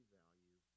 value